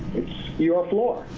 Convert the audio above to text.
it's your floor.